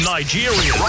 Nigeria